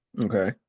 Okay